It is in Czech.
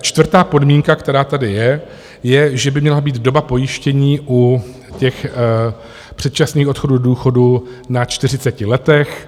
Čtvrtá podmínka, která tady je, že by měla být doba pojištění u těch předčasných odchodů do důchodů na čtyřiceti letech.